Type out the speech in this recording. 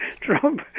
Trump